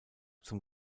zum